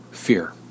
Fear